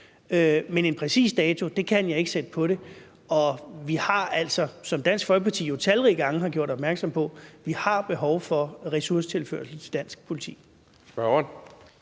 men en præcis dato kan jeg ikke sætte på det, og vi har altså, som Dansk Folkeparti jo talrige gange har gjort opmærksom på, behov for ressourcetilførsel til dansk politi.